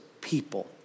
people